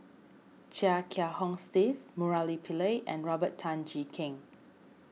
Chia Kiah Hong Steve Murali Pillai and Robert Tan Jee Keng